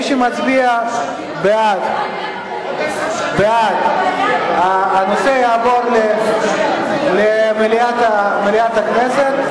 מי שמצביע בעד, הנושא יעבור למליאת הכנסת.